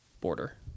border